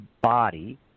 body